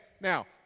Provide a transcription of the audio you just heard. Now